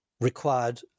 required